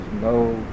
no